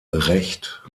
recht